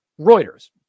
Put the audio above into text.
Reuters